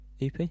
EP